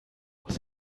muss